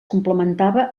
complementava